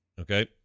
Okay